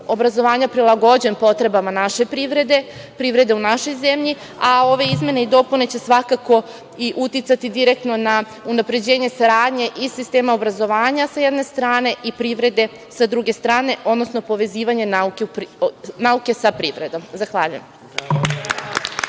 obrazovanja prilagođen potrebama naše privrede, privrede u našoj zemlji, a ove izmene i dopune će svakako i uticati direktno na unapređenje saradnje i sistema obrazovanja, s jedne strane, i privrede, s druge strane, odnosno povezivanje nauke sa privredom. Zahvaljujem.